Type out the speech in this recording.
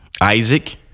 Isaac